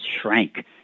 shrank